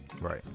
right